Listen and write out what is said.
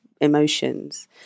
emotions